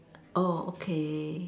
oh okay